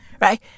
right